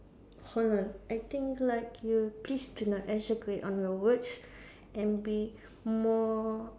hold on I think like you please do not on your words and be more